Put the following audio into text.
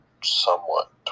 somewhat